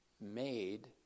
made